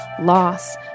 loss